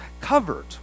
covered